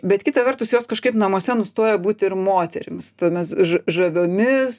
bet kita vertus jos kažkaip namuose nustoja būti ir moterimis tomis ža žaviomis